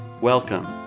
Welcome